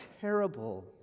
terrible